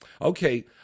Okay